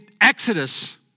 Exodus